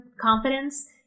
confidence